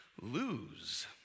lose